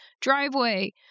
driveway